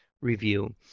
review